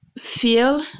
feel